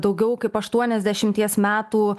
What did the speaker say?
daugiau kaip aštuoniasdešimties metų